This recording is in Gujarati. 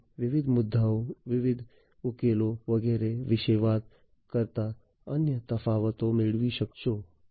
તમે વિવિધ મુદ્દાઓ વિવિધ ઉકેલો વગેરે વિશે વાત કરતા અન્ય તફાવતો મેળવી શકશો